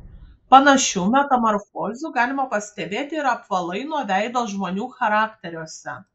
panašių metamorfozių galima pastebėti ir apvalaino veido žmonių charakteriuose